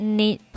need